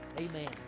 Amen